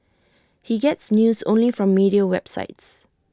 he gets news only from media websites